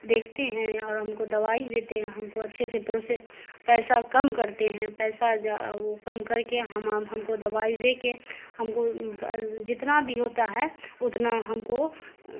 دیکھتے ہیں اور ہم کو دوائی دیتے ہیں ہم کو اچھے سے پیسہ کم کرتے ہیں پیسہ وہ کم کر کے ہم ہم کو دوائی دے کے ہم کو جتنا بھی ہوتا ہے اتنا ہم کو